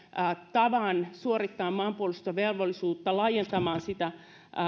tavan suorittaa maanpuolustusvelvollisuutta laajentamaan sitä